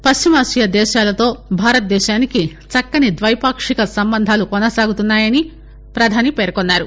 పశ్చిమాసియా దేశాలతో భారతదేశానికి చక్కని ద్వైపాక్షిక సంబంధాలు కొనసాగుతున్నాయని ప్రధానమంతి పేర్కొన్నారు